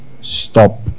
stop